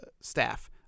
staff